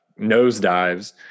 nosedives